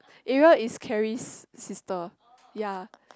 Ariel is Carrie's sister ya